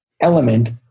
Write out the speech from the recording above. element